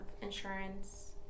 insurance